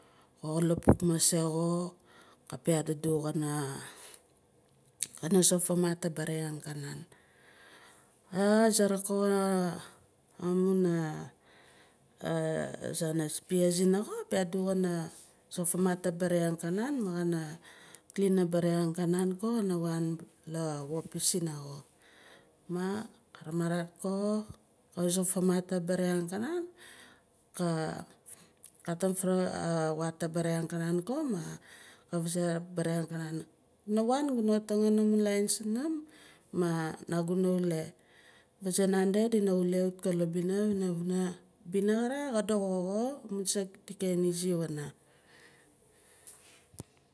Xo laxuk maase xo piihat adu ana ana zop famat abere ang kanan. A saraak xo a amun azaan a spear zinaa xo piihat xana zo faama abere ang ka naan ma xana klin abere ang ka naan xo kana wan la pop sina xo. Xa cutim fra awata bere ang ka naan xo ma xa vazei abere ang ka naan guna wan guna taangin amun lain sunum ma naguna ule. Faazae nande dina ule wut xa la bina pana vuna bina xa re xa doxo xo amun saak di ken izi wana